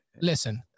Listen